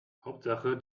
hauptsache